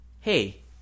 hey